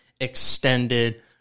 extended